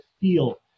feel